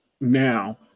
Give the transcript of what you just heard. now